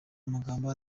amagambo